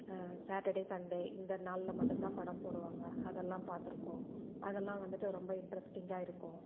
Saturday Sunday இந்த நாள்ல மட்டும் தான் படம் போடுவாங்கள் அதெல்லாம் பார்த்துருக்கோம் அதெல்லாம் வந்துட்டு ரொம்ப இன்ட்ரஸ்ட்டிங்காக இருக்கும்